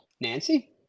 Nancy